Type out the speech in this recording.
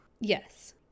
Yes